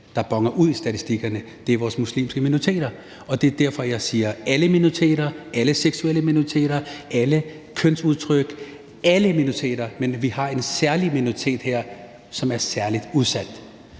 som boner ud i statistikkerne, er vores muslimske minoriteter. Det er derfor, jeg siger, at det handler om alle minoriteter, alle seksuelle minoriteter, alle kønsudtryk, altså alle minoriteter. Men vi har en minoritet her, som er særligt udsat.